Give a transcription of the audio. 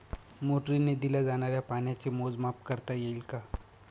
मोटरीने दिल्या जाणाऱ्या पाण्याचे मोजमाप करता येईल का?